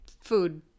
food